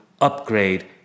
upgrade